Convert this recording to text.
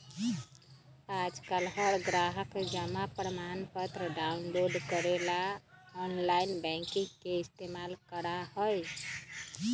आजकल हर ग्राहक जमा प्रमाणपत्र डाउनलोड करे ला आनलाइन बैंकिंग के इस्तेमाल करा हई